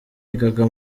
yigaga